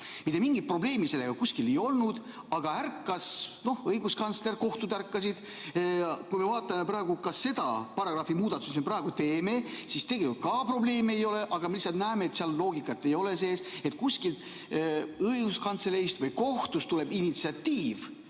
Mitte mingit probleemi sellega kuskil ei ole olnud, aga ärkas õiguskantsler, kohtud ärkasid. Kui me vaatame praegu ka seda paragrahvi muudatust, mis me praegu teeme, siis tegelikult selles ka probleemi ei ole, aga me lihtsalt näeme, et seal loogikat ei ole sees. Kuskilt õiguskantseleist või kohtust tuleb initsiatiiv